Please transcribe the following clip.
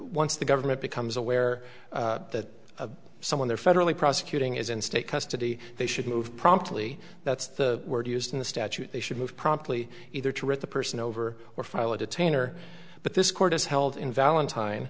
once the government becomes aware that someone there federally prosecuting is in state custody they should move promptly that's the word used in the statute they should move promptly either to or at the person over or file a detainer but this court has held in valentine